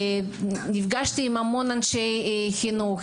נפגשתי עם המון אנשי חינוך,